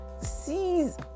sees